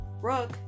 Brooke